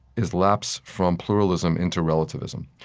is lapse from pluralism into relativism.